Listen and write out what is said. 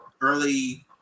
Early